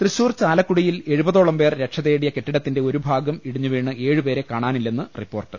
തൃശൂർ ചാലക്കുടിയിൽ എഴുപതോളം പേർ രക്ഷ തേടിയ കെട്ടി ടത്തിന്റെ ഒരു ഭാഗം ഇടിഞ്ഞുവീണ് ഏഴുപേര്ര കാണാനില്ലെന്ന് റിപ്പോർട്ട്